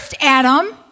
Adam